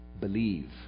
Believe